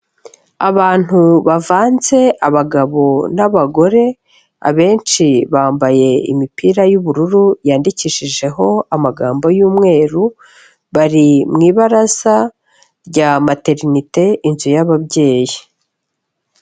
Abantu bavanze abagabo n'abagore, abenshi bambaye imipira y'ubururu yandikishijeho amagambo y'umweru, bari mu ibaraza rya Maternite inzu y'ababyeyi.